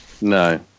No